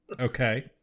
Okay